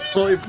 going